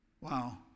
Wow